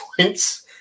points